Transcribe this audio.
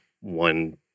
one